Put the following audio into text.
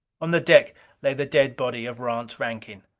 on the deck lay the dead body of rance rankin,